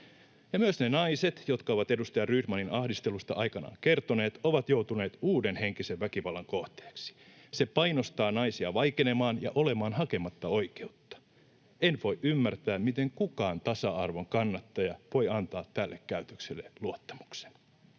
Myös ne naiset, jotka ovat edustaja Rydmanin ahdistelusta aikanaan kertoneet, ovat joutuneet uuden henkisen väkivallan kohteeksi. Se painostaa naisia vaikenemaan ja olemaan hakematta oikeutta. En voi ymmärtää, miten kukaan tasa-arvon kannattaja voi antaa tälle käytökselle luottamuksen.